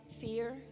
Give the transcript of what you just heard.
fear